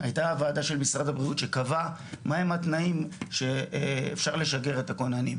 הייתה וועדה של משרד הבריאות שקבעה מהם התנאים שאפשר לשגר את הכוננים,